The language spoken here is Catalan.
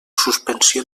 suspensió